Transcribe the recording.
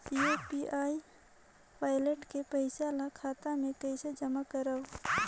UPI wallet के पईसा ल खाता मे कइसे जमा करव?